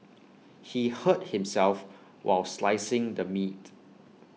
he hurt himself while slicing the meat